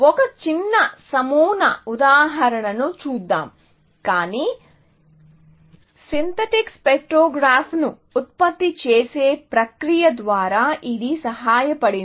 ఒక చిన్న నమూనా ఉదాహరణను చూద్దాం కానీ సింథటిక్ స్పెక్ట్రోగ్రామ్ను ఉత్పత్తి చేసే ప్రక్రియ ద్వారా ఇది సహాయపడింది